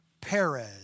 Perez